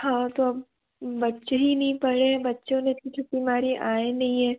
हाँ तो अब बच्चे ही नहीं पढ़ें हैं बच्चों ने इतनी छुट्टी मारी है आए ही नहीं हैं